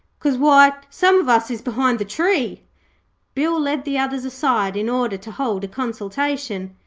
cause why, some of us is behind the tree bill led the others aside, in order to hold a consultation.